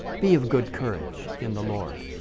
be of good courage in the lord.